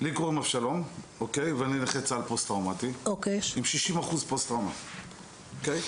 לי קוראים אבשלום ואני נכה צהל פוסט-טראומטי עם 60 אחוזי פוסט-טראומה.